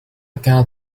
كان